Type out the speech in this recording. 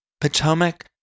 Potomac